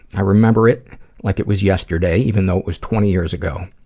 i remember it like it was yesterday, even though it was twenty years ago.